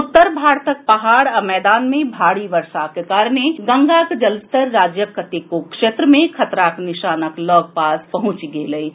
उत्तर भारतक पहाड़ आ मैदान मे भारी वर्षाक कारणे गंगाक जलस्तर राज्यक कतेको क्षेत्र मे खतराक निशानक लऽग पास पहुंचि गेल अछि